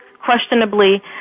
questionably